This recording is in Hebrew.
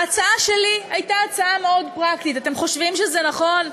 ההצעה שלי הייתה הצעה מאוד פרקטית: אתם חושבים שזה נכון?